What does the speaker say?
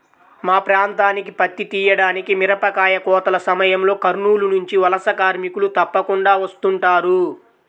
మా ప్రాంతానికి పత్తి తీయడానికి, మిరపకాయ కోతల సమయంలో కర్నూలు నుంచి వలస కార్మికులు తప్పకుండా వస్తుంటారు